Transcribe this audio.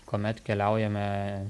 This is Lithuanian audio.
kuomet keliaujame